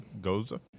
Goza